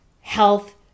health